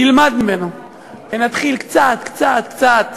נלמד ממנו ונתחיל קצת קצת קצת